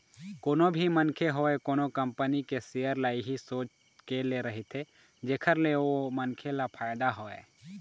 कोनो भी मनखे होवय कोनो कंपनी के सेयर ल इही सोच के ले रहिथे जेखर ले ओ मनखे ल फायदा होवय